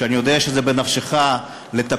שאני יודע שזה בנפשך לטפל